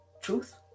truth